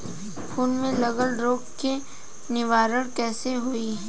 फूल में लागल रोग के निवारण कैसे होयी?